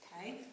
Okay